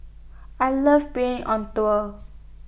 I love being on tour